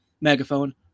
megaphone